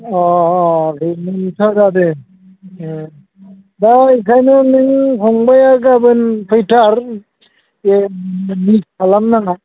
अह अह बेनोथ' जादों एह दा ओंखायनो नों फंबाया गाबोन फैथार दे मिस खालामनाङा